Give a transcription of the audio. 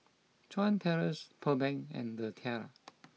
Chuan Terrace Pearl Bank and The Tiara